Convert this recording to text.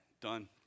done